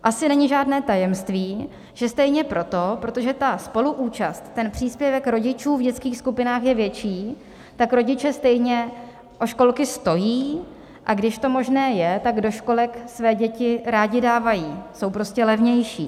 Asi není žádné tajemství, že stejně proto, že ta spoluúčast, ten příspěvek rodičů v dětských skupinách je větší, tak rodiče stejně o školky stojí, a když to možné je, tak do školek své děti rádi dávají, jsou prostě levnější.